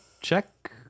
check